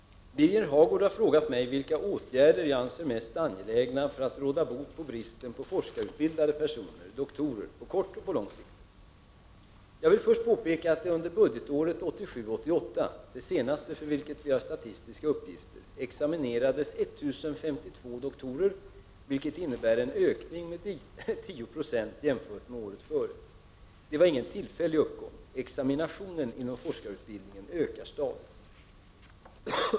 Herr talman! Birger Hagård har frågat mig vilka åtgärder jag anser mest angelägna för att råda bot på bristen på forskarutbildade personer, doktorer, på kort och på lång sikt. Jag vill första påpeka att det under budgetåret 1987/88 — det senaste, för vilket vi har statistiska uppgifter — examinerades 1052 doktorer, vilket innebar en ökning med 10 96 jämfört med året före. Detta var ingen tillfällig uppgång. Examinationen inom forskarutbildningen ökar stadigt.